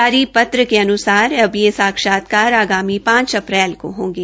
जारी पत्र के अनुसार अब यह साक्षात्कार आगामी पांच अप्रैल को होंगे